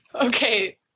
Okay